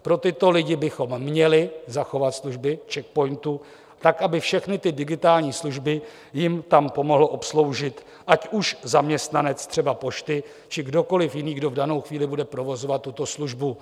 Pro tyto lidi bychom měli zachovat služby Czech POINTu tak, aby všechny ty digitální služby jim tam pomohl obsloužit ať už zaměstnanec třeba pošty, či kdokoliv jiný, kdo v danou chvíli bude provozovat tuto službu.